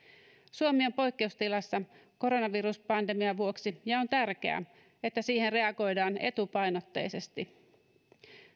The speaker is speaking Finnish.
suomi on poikkeustilassa koronaviruspandemian vuoksi ja on tärkeää että siihen reagoidaan etupainotteisesti